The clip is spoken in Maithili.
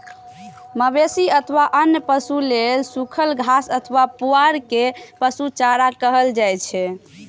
मवेशी अथवा अन्य पशु लेल सूखल घास अथवा पुआर कें पशु चारा कहल जाइ छै